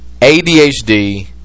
ADHD